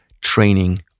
training